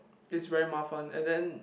it's very 麻烦:mafan and then